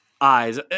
eyes